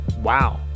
wow